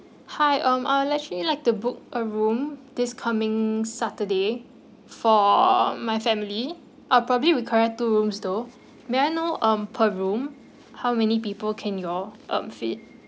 hi um I would actually like to book a room this coming saturday for my family uh probably require two rooms though may I know um per room how many people can your um fit